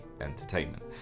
Entertainment